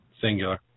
Singular